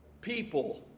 people